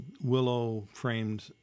willow-framed